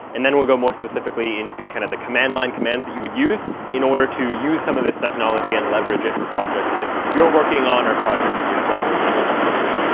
and then we'll go more specifically into kind of the command line commands that you would use in order to use some of this technology and leverage it for projects that you're working on, or projects that you're collaborating on with other people.